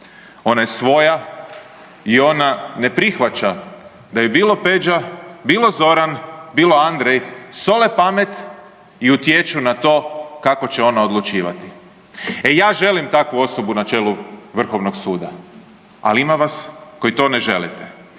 Ona je svoja i ona ne prihvaća da je, bilo Peđa, bilo Zoran, bilo Andrej sole pamet i utječu na to kako će ona odlučivati. E, ja želim takvu osobu na čelu Vrhovnog suda, ali ima vas koji to ne želite.